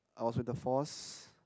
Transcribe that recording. I was with the force